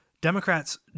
Democrats